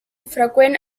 freqüent